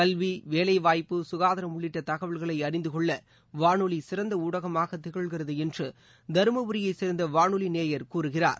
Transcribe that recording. கல்வி வேலைவாய்ப்பு சுகாதாரம் உள்ளிட்டதகவல்களைஅறிந்துகொள்ளவானொலிசிறந்தஊடகமாகதிகழ்கிறதுஎன்றுதருமபுரியைச் சேர்ந்தவானொலிநேயர் கூறுகிறார்